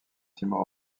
timor